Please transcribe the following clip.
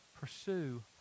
pursue